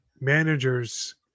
managers